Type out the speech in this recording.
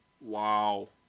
wow